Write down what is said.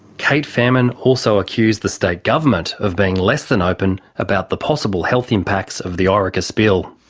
cate faehrmann also accused the state government of being less than open about the possible health impacts of the orica spill.